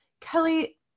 Kelly